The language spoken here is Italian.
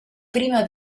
prima